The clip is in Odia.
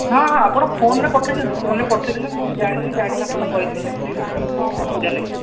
ହଁ ହଁ ଆପଣ ଫୋନରେ ପଠାଇ ଦିଅନ୍ତୁ ଫୋନରେ ପଠାଇ ଦେଲେ ମୁଁ ଜାଣିଦେଵି ଜାଣିଲେ ଆପଣଙ୍କୁ କହିଦେବି ସେଥିରେ କିଛି ଅସୁବିଧା ନାହିଁ